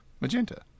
magenta